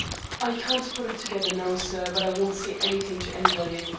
i can't put it together now, sir, but i won't say anything to anybody.